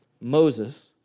Moses